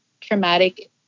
traumatic